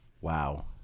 wow